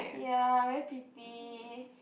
ya very pretty